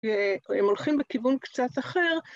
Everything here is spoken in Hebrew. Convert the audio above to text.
הם הולכים בכיוון קצת אחר.